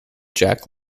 jack